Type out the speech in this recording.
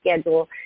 schedule